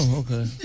okay